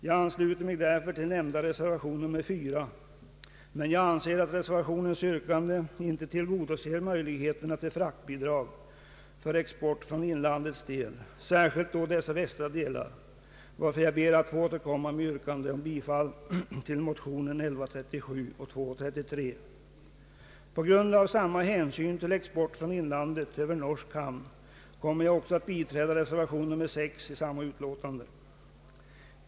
Jag ansluter mig därför till reservation 4, men jag anser att reservationens yrkande icke tillgodoser kraven på fraktbidrag för export från inlandet, särskilt då dess västra delar, varför jag ber att få återkomma med yrkande om bifall till motionsparet I: 1137 och II: 1333. På grund av samma hänsyn till export från inlandet över norsk hamn kommer jag också att biträda reservation 6 i samma utlåtande.